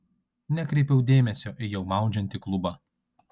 nekreipiau dėmesio į jau maudžiantį klubą